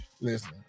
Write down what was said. Listen